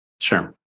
Sure